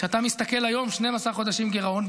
כשאתה מסתכל היום 12 חודשים גירעון,